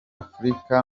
afurika